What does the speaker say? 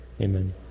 Amen